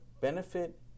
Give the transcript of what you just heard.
benefit